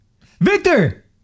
Victor